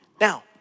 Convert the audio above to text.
Now